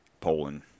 Poland